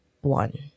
one